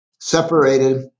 separated